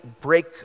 break